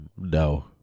no